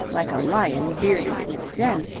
like a lion bearded in its den,